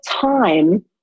time